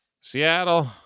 Seattle